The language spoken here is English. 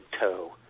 toe